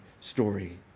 story